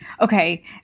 Okay